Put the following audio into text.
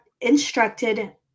instructed